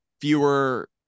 fewer